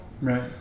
Right